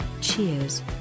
Cheers